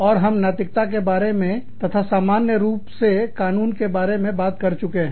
और हम नैतिकता के बारे में तथा सामान्य रूप से कानून के बारे में बात कर चुके हैं